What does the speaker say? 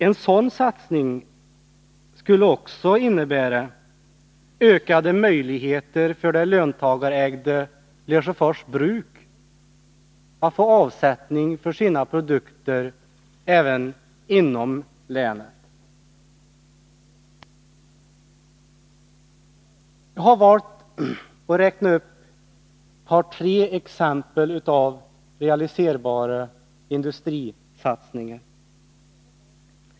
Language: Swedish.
En sådan satsning skulle också innebära ökade möjligheter för det löntagarägda Lesjöfors bruk att få avsättning för sina produkter även inom länet. Jag har valt att anföra tre exempel på realiserbara industrisatsningar.